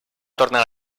tornar